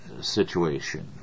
situation